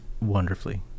wonderfully